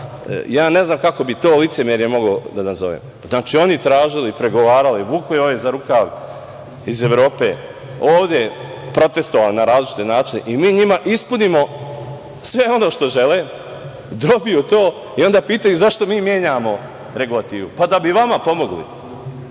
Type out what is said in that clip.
ne znam kako bih to licemerje mogao da nazovem. Znači, oni tražili, pregovarali, vukli ove za rukav iz Evrope, ovde protestvovali na različite načine. Mi njima ispunimo sve ono što žele, dobiju to i onda pitaju - zašto mi menjamo regulativu? Da bi vama pomogli.